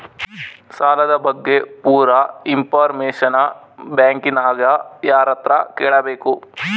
ಸಾಲದ ಬಗ್ಗೆ ಪೂರ ಇಂಫಾರ್ಮೇಷನ ಬ್ಯಾಂಕಿನ್ಯಾಗ ಯಾರತ್ರ ಕೇಳಬೇಕು?